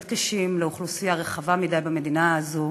קשים לאוכלוסייה רחבה מדי במדינה הזו: